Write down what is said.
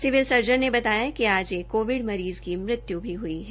civil surgeon ने बताया कि आज एक कोविड मरीज़ की मृत्यु भी हुई है